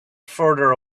farther